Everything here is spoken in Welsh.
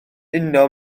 uno